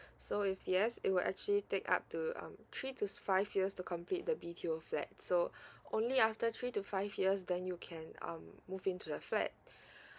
so if yes it will actually take up to um three to five years to complete the B_T_O flat so only after three to five years then you can um move into the flat